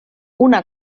una